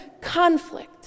conflict